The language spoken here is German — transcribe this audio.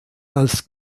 als